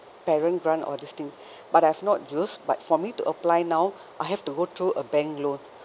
parent grant all these thing but I've not used but for me to apply now I have to go through a bank loan